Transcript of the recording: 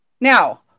Now